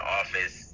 office